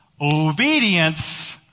Obedience